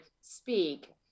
speak